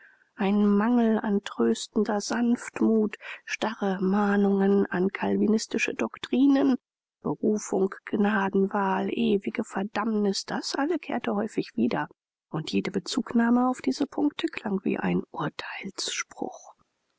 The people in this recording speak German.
ein mangel an tröstender sanftmut starre mahnungen an calvinistische doctrinen berufung gnadenwahl ewige verdammnis das alles kehrte häufig wieder und jede bezugnahme auf diese punkte klang wie ein